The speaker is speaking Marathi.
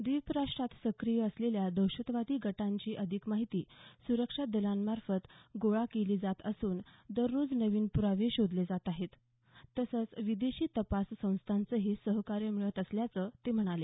द्वीप राष्ट्रांत सक्रिय असलेल्या दहशतवादी गटांची अधिक माहिती सुरक्षा दलांमार्फत गोळा केली जात असून दररोज नवीन प्रावे शोधले जात आहेत तसंच विदेशी तपास संस्थांचंही सहकार्य मिळत असल्याचं ते म्हणाले